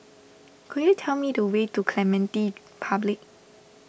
could you tell me the way to Clementi Public